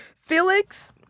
Felix